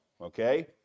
Okay